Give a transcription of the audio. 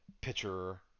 pitcher